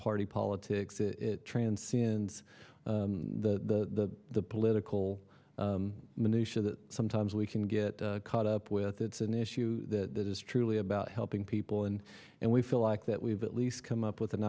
party politics it transcends the political minutia that sometimes we can get caught up with it's an issue that is truly about helping people and and we feel like that we've at least come up with an